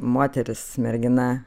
moteris mergina